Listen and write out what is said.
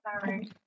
Sorry